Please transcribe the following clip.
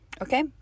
okay